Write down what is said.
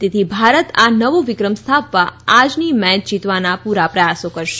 તેથી ભારત આ નવો વિક્રમ સ્થાપવા આજથી મેચ જીતવાના પૂરા પ્રયાસો કરશે